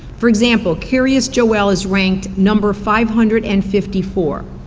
for example, kiryas joel is ranked number five hundred and fifty four.